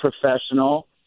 professional